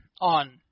on